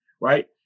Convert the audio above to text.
right